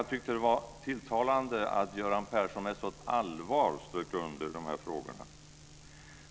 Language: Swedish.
Jag tyckte att det var tilltalande att Göran Persson med sådant allvar strök under de här frågorna.